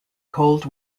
cold